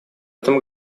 этом